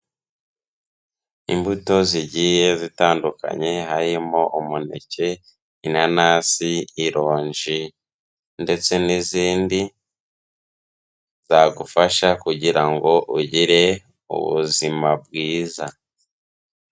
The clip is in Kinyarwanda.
Imbuto zigiye zitandukanye harimo umuneke, inanasi, ironji ndetse n'izindi zagufasha kugira ngo ugire ubuzima bwiza.